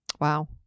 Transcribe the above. wow